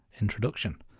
introduction